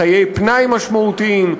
חיי פנאי משמעותיים,